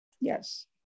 Yes